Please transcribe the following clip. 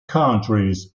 countries